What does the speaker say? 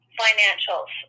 financials